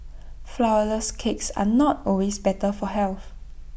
Flourless Cakes are not always better for health